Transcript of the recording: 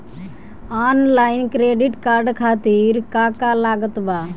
Online credit card खातिर का का लागत बा?